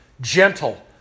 gentle